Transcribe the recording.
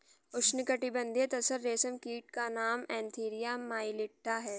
उष्णकटिबंधीय तसर रेशम कीट का नाम एन्थीरिया माइलिट्टा है